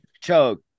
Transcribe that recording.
Chug